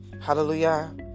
Hallelujah